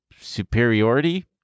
superiority